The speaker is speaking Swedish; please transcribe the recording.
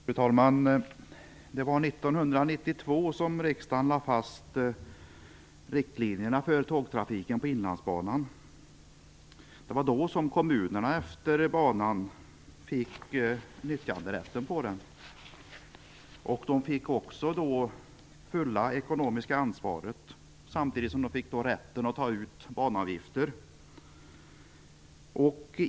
Fru talman! 1992 lade riksdagen fast riktlinjerna för tågtrafiken på Inlandsbanan. Det var då kommunerna längs banan fick nyttjanderätten till banan. De fick också fullt ekonomiskt ansvar, samtidigt som de fick rätt att ta ut banavgifter.